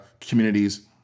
communities